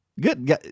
good